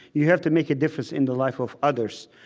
you have to make a difference in the life of others.